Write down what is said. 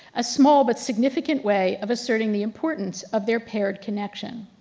a small but significant way of asserting the importance of their paired connection.